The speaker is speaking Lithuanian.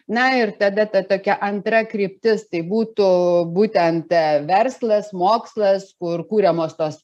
na ir tada ta tokia antra kryptis tai būtų būtent verslas mokslas kur kuriamos tos